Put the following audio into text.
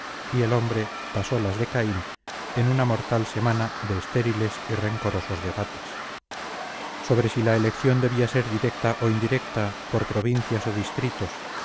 y el hombre pasó las de caín en una mortal semana de estériles y rencorosos debates sobre si la elección debía ser directa o indirecta por provincias o por distritos